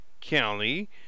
county